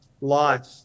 life